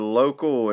local